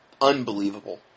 unbelievable